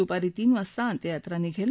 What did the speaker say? दुपारी तीन वाजता अंत्ययात्रा निघेल